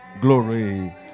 Glory